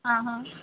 आं हा